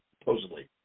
supposedly